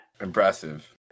Impressive